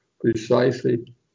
precisely